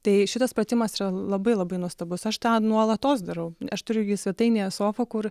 tai šitas pratimas yra labai labai nuostabus aš tą nuolatos darau aš turiu gi svetainėje sofą kur